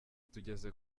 tugeze